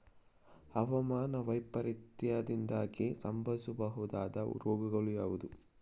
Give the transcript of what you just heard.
ಹವಾಮಾನ ವೈಪರೀತ್ಯದಿಂದಾಗಿ ಸಂಭವಿಸಬಹುದಾದ ರೋಗಗಳು ಯಾವುದು?